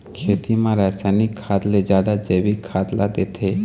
खेती म रसायनिक खाद ले जादा जैविक खाद ला देथे